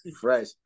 fresh